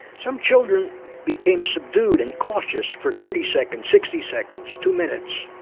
some children became subdued and cautious for thirty seconds, sixty seconds, two minutes.